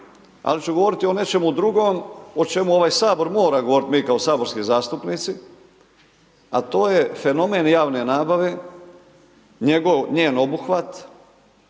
Ali ću govoriti o nečemu drugom, o čemu ovaj Sabor mora govoriti mi kao saborski zastupnici, at o je fenomen javne nabave, njen obuhvat,